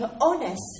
honest